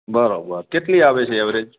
બરાબર કેટલી આવે છે ઍવરેજ